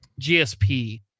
GSP